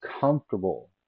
Comfortable